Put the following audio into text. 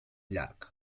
llarg